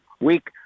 week